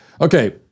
Okay